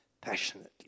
passionately